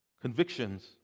Convictions